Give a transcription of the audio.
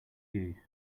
you